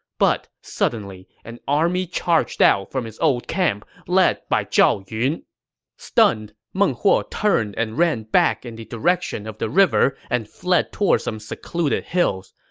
but suddenly, an army charged out from his old camp, led by zhao yun stunned, meng huo turned and ran back in the direction of the river and fled toward some secluded hills.